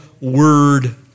word